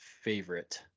favorite